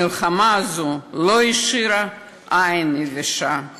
המלחמה הזאת לא השאירה עין יבשה